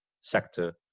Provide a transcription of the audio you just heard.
sector